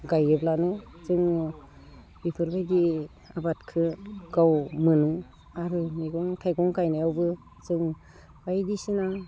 गायोब्लानो जोङो बेफोरबायदि आबादखो गाव मोनो आरो मैगं थाइगं गायनायावबो जों बायदिसिना